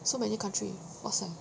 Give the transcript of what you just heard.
so many country awesome